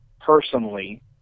personally